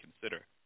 consider